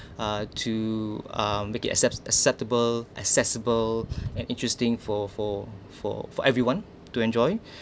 uh to um make it accept acceptable accessible and interesting for for for for everyone to enjoy